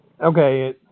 okay